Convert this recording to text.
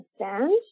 understand